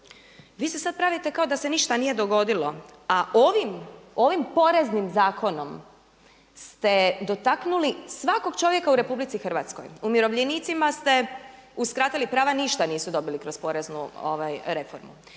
Vi se sad pravite kao da se ništa nije dogodilo, a ovim poreznim zakonom ste dotaknuli svakog čovjeka u RH. Umirovljenicima ste uskratili prava, ništa nisu dobili kroz poreznu reformu.